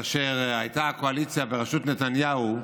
כאשר הייתה בקואליציה בראשות נתניהו,